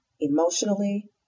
emotionally